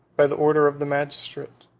by the order of the magistrate.